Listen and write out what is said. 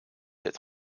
het